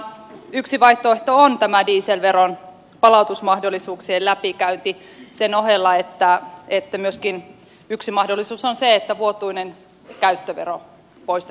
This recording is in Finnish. yksi vaihtoehto on tämä dieselveron palautusmahdollisuuksien läpikäynti sen ohella että myöskin yksi mahdollisuus on se että vuotuinen käyttövoimavero poistettaisiin